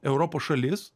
europos šalis